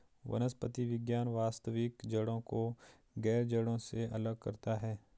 वनस्पति विज्ञान वास्तविक जड़ों को गैर जड़ों से अलग करता है